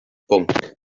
bwnc